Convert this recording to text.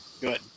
Good